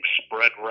spread